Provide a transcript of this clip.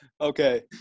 Okay